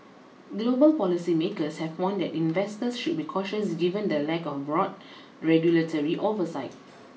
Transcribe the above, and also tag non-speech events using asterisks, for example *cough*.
global policy makers have warned that investors should be cautious given the lack of broad *noise* regulatory oversight